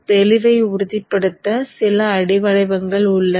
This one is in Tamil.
தெளிவை உறுதிப்படுத்த சில அலை வடிவங்கள் உள்ளன